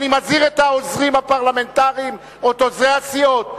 אני מזהיר את העוזרים הפרלמנטריים ואת עוזרי הסיעות.